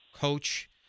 coach